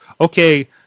okay